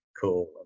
cool